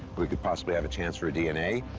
we could possibly have a chance for dna.